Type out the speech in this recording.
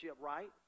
right